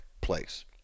place